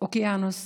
אוקיינוס